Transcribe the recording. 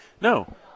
no